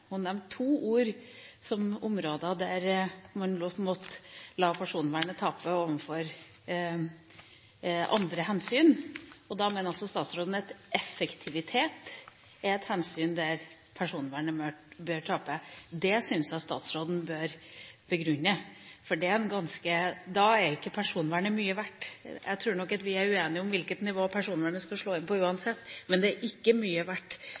Hun nevnte to områder der man måtte la personvernet tape overfor andre hensyn, og da mener altså statsråden at effektivisering er et hensyn der personvernet bør tape. Det syns jeg statsråden bør begrunne, for da er ikke personvernet mye verdt. Jeg tror nok at vi er uenige om hvilket nivå personvernet skal slå inn på uansett, men det er ikke mye verdt